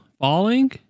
falling